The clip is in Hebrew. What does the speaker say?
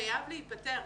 חייב להיפתר.